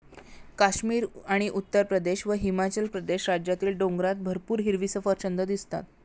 काश्मीर आणि उत्तरप्रदेश व हिमाचल प्रदेश राज्यातील डोंगरात भरपूर हिरवी सफरचंदं दिसतात